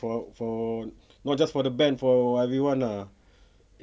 for for not just for the band for everyone ah